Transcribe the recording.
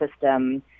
system